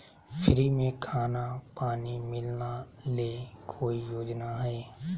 Free में खाना पानी मिलना ले कोइ योजना हय?